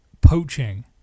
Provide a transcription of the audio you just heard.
poaching